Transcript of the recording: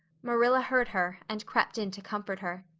marilla heard her and crept in to comfort her.